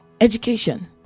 education